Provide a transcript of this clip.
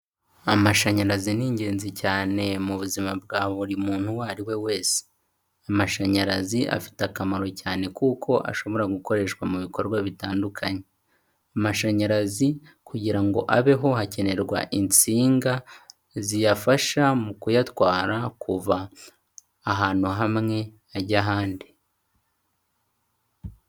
Amashanyarazi ni ingenzi cyane mu buzima bwa buri muntu uwo ari we wese, amashanyarazi afite akamaro cyane kuko ashobora gukoreshwa mu bikorwa bitandukanye. Amashanyarazi kugira ngo abeho, hakenerwa insinga ziyafasha mu kuyatwara, kuva ahantu hamwe ajya ahandi.